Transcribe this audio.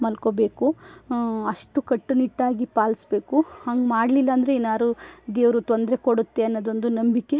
ಮಲ್ಕೊಬೇಕು ಅಷ್ಟು ಕಟ್ಟುನಿಟ್ಟಾಗಿ ಪಾಲಿಸ್ಬೇಕು ಹಂಗೆ ಮಾಡಲಿಲ್ಲಂದ್ರೆ ಏನಾರು ದೇವರು ತೊಂದರೆ ಕೊಡುತ್ತೆ ಅನ್ನೋದೊಂದು ನಂಬಿಕೆ